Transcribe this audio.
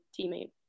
teammate